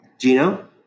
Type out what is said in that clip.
Gino